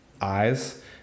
eyes